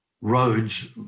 roads